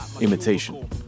imitation